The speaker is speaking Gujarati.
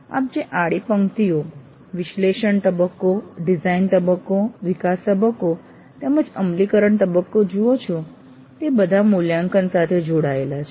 આપ જે આડી પંક્તિઓ વિશ્લેષણ તબક્કો ડિઝાઇન તબક્કો વિકાસ તબક્કો તેમજ અમલીકરણ તબક્કો જુઓ છો તે બધા મૂલ્યાંકન સાથે જોડાયેલા છે